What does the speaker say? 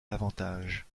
l’avantage